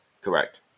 Correct